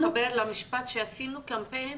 כך מבינה איך זה מתחבר למשפט 'עשינו קמפיין'.